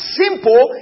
simple